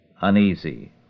uneasy